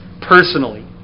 personally